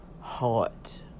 heart